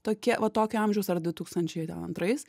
tokia va tokio amžiaus ar du tūkstančiai ten antrais